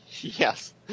Yes